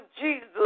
Jesus